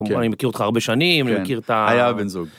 כמובן, אני מכיר אותך הרבה שנים, אני מכיר את ה... היה בן זוג.